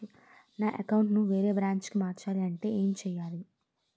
నా అకౌంట్ ను వేరే బ్రాంచ్ కి మార్చాలి అంటే ఎం చేయాలి?